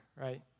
right